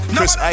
Chris